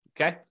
Okay